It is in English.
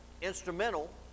instrumental